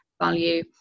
value